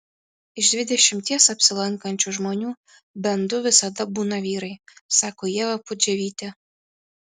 iš dvidešimties apsilankančių žmonių bent du visada būna vyrai sako ieva pudževytė